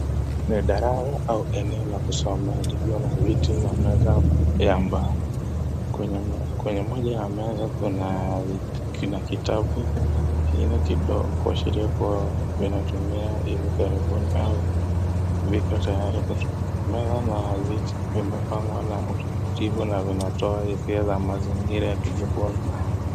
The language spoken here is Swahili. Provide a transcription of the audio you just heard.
Ni darasa au eneo la kusomea lililo na viti na meza ya mbao. Kwenye moja ya meza kuna kuna kitabu kingine kidogo kuashiria kuwa vinatumiwa hivi karibuni au viko tayari kutumika. Meza na viti vimewekwa na utaratibu na vinatoa hisia za mazingira ya kujifunza.